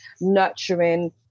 nurturing